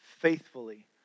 faithfully